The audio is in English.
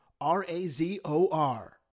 R-A-Z-O-R